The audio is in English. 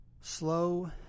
slow